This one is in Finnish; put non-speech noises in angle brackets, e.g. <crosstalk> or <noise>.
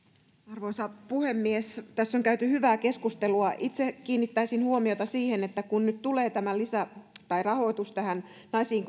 arvoisa puhemies tässä on käyty hyvää keskustelua itse kiinnittäisin huomiota siihen että nyt tulee tämä rahoitus tähän naisiin <unintelligible>